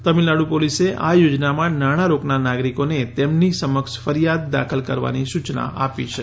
તમિલનાડુ પોલીસે આ યોજનામાં નાણાં રોકનાર નાગરિકોને તેમની સમક્ષ ફરિયાદ દાખલ કરવાની સૂચના આપી છે